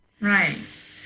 Right